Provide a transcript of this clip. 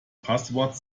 passwort